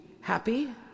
happy